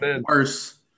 worse